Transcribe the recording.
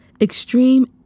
extreme